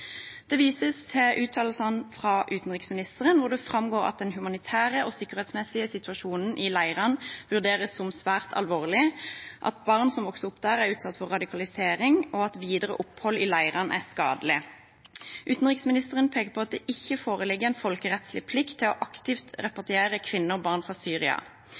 Det vises til uttalelsene fra utenriksministeren, hvor det framgår at den humanitære og sikkerhetsmessige situasjonen i leirene vurderes som svært alvorlig, at barn som vokser opp der, er utsatt for radikalisering, og at videre opphold i leirene er skadelig. Utenriksministeren peker på at det ikke foreligger en folkerettslig plikt til aktivt å repatriere kvinner og barn fra Syria.